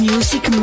Music